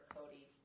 Cody